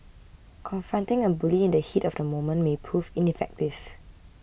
confronting a bully in the heat of the moment may prove ineffective